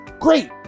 great